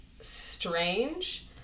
strange